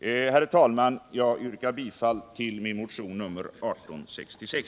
Herr talman! Jag yrkar bifall till min motion 1866.